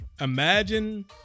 imagine